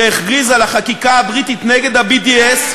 שהכריז על החקיקה הבריטית נגד ה-BDS,